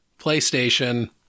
PlayStation